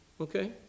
okay